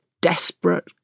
desperate